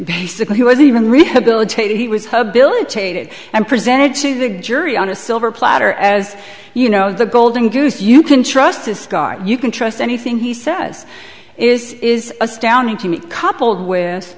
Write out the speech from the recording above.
basically he wasn't even rehabilitated he was billing and presented to the jury on a silver platter as you know the golden goose you can trust this guy you can trust anything he says is is astounding to me coupled with